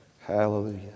Hallelujah